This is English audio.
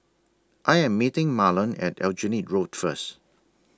I Am meeting Marlen At Aljunied Road First